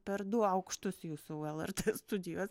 per du aukštus jūsų lrt studijos